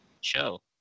show